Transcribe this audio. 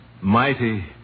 Mighty